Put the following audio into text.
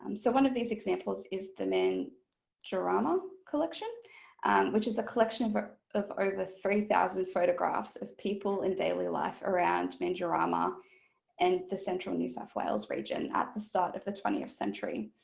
um so one of these examples is the mandurama collection which is a collection of ah of over three thousand photographs of people and daily life around mandurama and the central new south wales region at the start of the twentieth century.